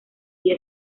día